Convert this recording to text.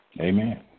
Amen